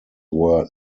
were